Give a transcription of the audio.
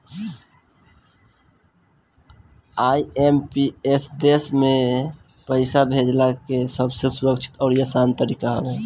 IMPS देस भर में पईसा भेजला के सबसे सुरक्षित अउरी आसान तरीका हवे